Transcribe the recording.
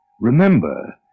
Remember